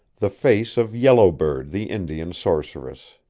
the face of yellow bird the indian sorceress.